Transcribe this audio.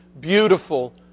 beautiful